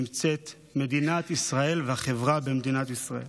שבה נמצאות מדינת ישראל והחברה במדינת ישראל.